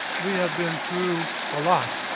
we have been through a lot,